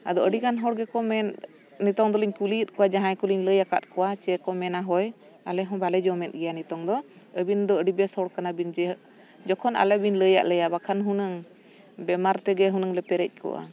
ᱟᱫᱚ ᱟᱹᱰᱤᱜᱟᱱ ᱦᱚᱲ ᱜᱮᱠᱚ ᱢᱮᱱ ᱱᱤᱛᱳᱜ ᱫᱚᱞᱤᱧ ᱠᱩᱞᱤᱭᱮᱫ ᱠᱚᱣᱟ ᱡᱟᱦᱟᱭ ᱠᱚᱞᱤᱧ ᱞᱟᱹᱭ ᱟᱠᱟᱫ ᱠᱚᱣᱟ ᱪᱮᱫ ᱠᱚ ᱢᱮᱱᱟ ᱦᱳᱭ ᱟᱞᱮᱦᱚᱸ ᱵᱟᱞᱮ ᱡᱚᱢᱮᱫ ᱜᱮᱭᱟ ᱱᱤᱛᱳᱜ ᱫᱚ ᱟᱹᱵᱤᱱ ᱫᱚ ᱟᱹᱰᱤ ᱵᱮᱥ ᱦᱚᱲ ᱠᱟᱱᱟᱵᱤᱱ ᱡᱮ ᱡᱚᱠᱷᱚᱱ ᱟᱞᱮᱵᱤᱱ ᱞᱟᱹᱭᱟᱫ ᱞᱮᱭᱟ ᱵᱟᱠᱷᱟᱱ ᱦᱩᱱᱟᱹᱝ ᱵᱮᱢᱟᱨ ᱛᱮᱜᱮ ᱦᱩᱱᱟᱹᱝ ᱞᱮ ᱯᱮᱨᱮᱡ ᱠᱚᱜᱼᱟ